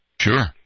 Sure